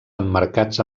emmarcats